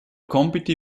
compiti